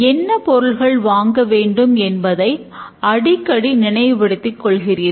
என்ன பொருட்கள் வாங்க வேண்டும் என்பதை அடிக்கடி நினைவுபடுத்திக் கொள்கிறீர்கள்